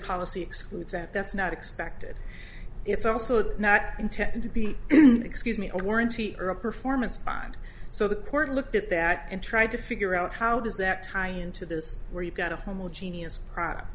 policy excludes that that's not expected it's also not intended to be an excuse me or warranty or a performance bond so the court looked at that and tried to figure out how does that tie into this where you've got a homogeneous product